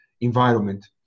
environment